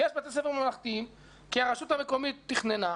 יש בתי ספר ממלכתיים כי הרשות המקומית תכננה,